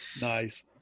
Nice